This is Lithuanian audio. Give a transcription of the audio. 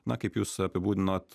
na kaip jūs apibūdinot